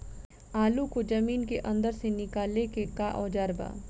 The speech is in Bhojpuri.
आलू को जमीन के अंदर से निकाले के का औजार बा?